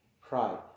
Pride